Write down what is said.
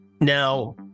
Now